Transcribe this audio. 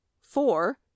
four